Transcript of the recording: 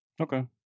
Okay